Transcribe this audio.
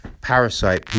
parasite